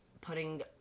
putting